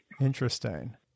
Interesting